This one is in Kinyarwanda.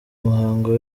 muhango